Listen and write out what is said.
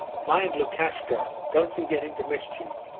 mind, lukashka, don't you get into mischief.